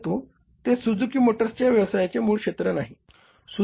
परंतु ते सुझुकी मोटर्सच्या व्यवसायाचे मूळ क्षेत्र नाही